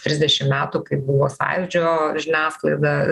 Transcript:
trisdešim metų kai buvo sąjūdžio žiniasklaida